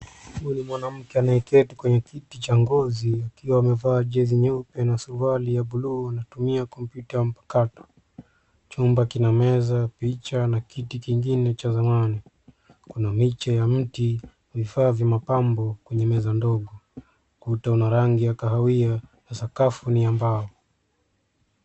Huyu ni mwanamke anayeketi kwenye kiti cha ngozi, akiwa amevaa jezi nyeupe na suruali ya buluu, anatumia kompyuta mpakato. Chumba kina meza, picha na kiti kingine cha thamani. Kuna miche ya mti, vifaa vya mapambo kwenye meza ndogo. Kuta una rangi ya kahawia, na sakafu ni ya mbao.